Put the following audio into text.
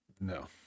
no